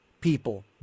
people